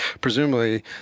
presumably